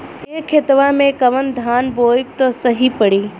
ए खेतवा मे कवन धान बोइब त सही पड़ी?